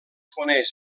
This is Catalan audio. coneix